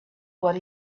what